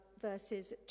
verses